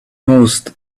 most